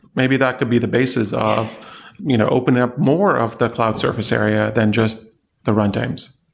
maybe that could be the basis of you know open up more of the cloud surface area than just the runtimes.